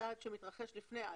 צעד שמתרחש לפני (א).